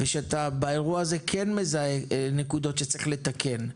ושאתה באירוע הזה כן מזהה נקודות שצריך לתקן.